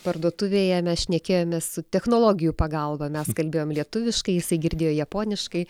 parduotuvėje mes šnekėjomės technologijų pagalba mes kalbėjom lietuviškai jisai girdėjo japoniškai